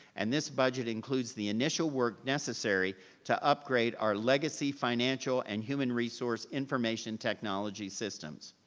and this budget includes the initial work necessary to upgrade our legacy, financial, and human resource information technology systems.